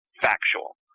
factual